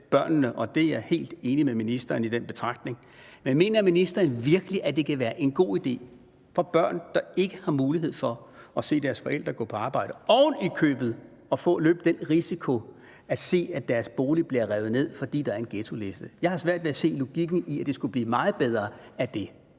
børnene, og jeg er helt enig med ministeren i den betragtning. Men mener ministeren virkelig, at det kan være en god idé for børn, der ikke har mulighed for at se deres forældre gå på arbejde, oven i købet at løbe den risiko at se, at deres bolig bliver revet ned, fordi der er en ghettoliste? Jeg har svært ved at se logikken i, at det skulle blive meget bedre af det.